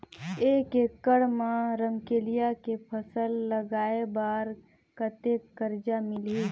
एक एकड़ मा रमकेलिया के फसल लगाय बार कतेक कर्जा मिलही?